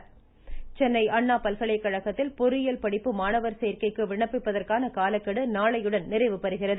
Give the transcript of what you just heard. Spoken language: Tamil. அண்ணா பல்கலைக்கழகம் சென்னை அண்ணா பல்கலைக்கழகத்தில் பொறியியல் பாடப்பிரிவு மாணவர் சோ்க்கைக்கு விண்ணப்பிப்பதற்கான காலக்கெடு நாளையுடன் நிறைவு பெறுகிறது